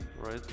right